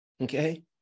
okay